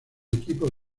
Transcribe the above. equipos